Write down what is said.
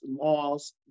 laws